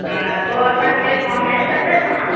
हा पोइ असांखे पहुचाए सघंदा तव्हां